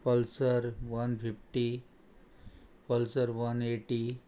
pulsar one fifty pulsar one eighty